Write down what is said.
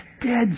dead